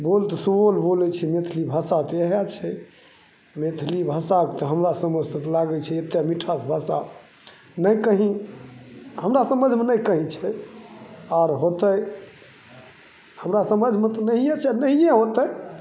बोल तऽ सुबोल बोलै छै मैथिली भाषा तऽ इएह छै मैथिली भाषाके तऽ हमरा समझसँ तऽ लागै छै एतेक मीठा भाषा नहि कहीँ हमरा समझमे नहि कहीँ छै आओर होतै हमरा समझमे तऽ नहिए छै आओर नहिए होतै